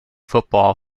football